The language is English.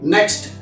Next